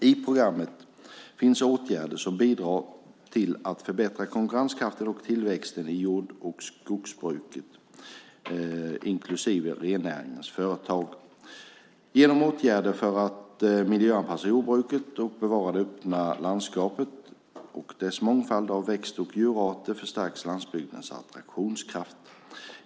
I programmet finns åtgärder som bidrar till att förbättra konkurrenskraften och tillväxten i jord och skogsbrukets inklusive rennäringens företag. Genom åtgärder för att miljöanpassa jordbruket och bevara det öppna landskapet och dess mångfald av växt och djurarter förstärks landsbygdens attraktionskraft.